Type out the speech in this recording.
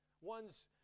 Ones